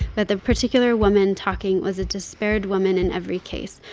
but the particular woman talking was a despaired woman in every case,